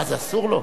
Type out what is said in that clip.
מה, זה אסור לו?